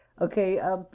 Okay